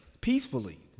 Peacefully